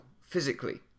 physically